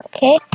Okay